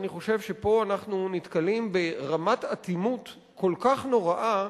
אני חושב שפה אנחנו נתקלים ברמת אטימות כל כך נוראה,